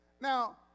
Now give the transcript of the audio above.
Now